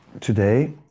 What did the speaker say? Today